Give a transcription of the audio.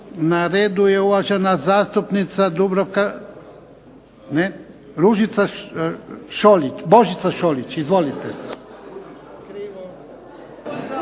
Na redu je uvažena zastupnica Dubravka, ne, Ružica Šolić, Božica Šolić. Izvolite.